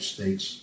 States